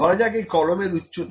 ধরা যাক এই কলমের উচ্চতা